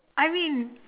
I mean